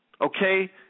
Okay